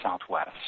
Southwest